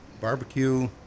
barbecue